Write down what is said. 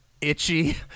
Itchy